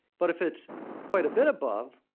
but if it's quite a bit above,